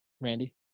Randy